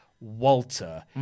Walter